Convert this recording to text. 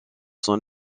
son